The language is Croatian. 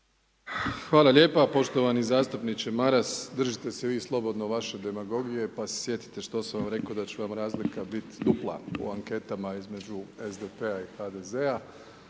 Hvala lijepa. Poštovani zastupniče Maras, držite se vi slobodno vaše demagogije, pa se sjetite što sam vam rekao da će vam razlika biti dupla u anketama između SDP-a i HDZ-a,